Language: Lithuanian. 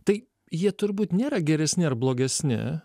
tai jie turbūt nėra geresni ar blogesni